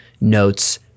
notes